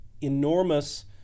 enormous